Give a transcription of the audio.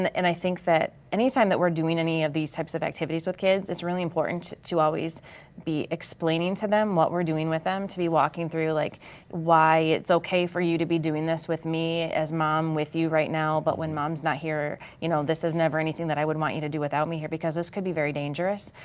and i think that anytime that we're doing any of these types of activities with kids it's really important to always be explaining to them what we're doing with them to walking through like why it's okay for you to be doing this with me as mom with you right now, but when mom's not here you know this is never anything that i would want you to do without me here because this could be very dangerous.